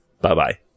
Bye-bye